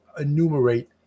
enumerate